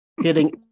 hitting